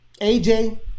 AJ